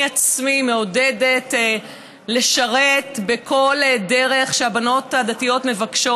אני עצמי מעודדת לשרת בכל דרך שהבנות הדתיות מבקשות,